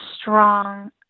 strong